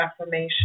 affirmation